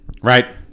Right